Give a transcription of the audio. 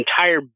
entire